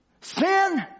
Sin